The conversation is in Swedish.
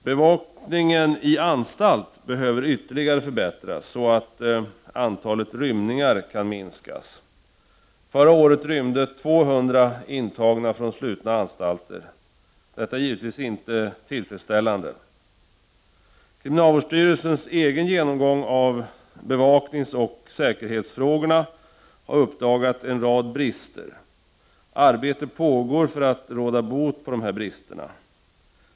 Bevakningen i anstalt behöver ytterligare förbättras, så att antalet rymningar kan minskas. Förra året rymde 200 intagna från slutna anstalter, och detta är givetvis inte tillfredsställande. Kriminalvårdsstyrelsens egen genomgång av bevakningsoch säkerhetsfrågorna har uppdagat en rad brister, och arbete pågår för att råda bot på dessa brister.